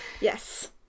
Yes